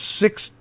six